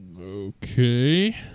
Okay